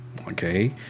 okay